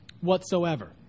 whatsoever